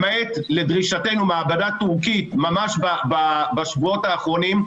למעט לדרישתנו מעבדה טורקית ממש בשבועות האחרונים,